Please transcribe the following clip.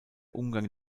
umgang